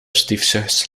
stiefzus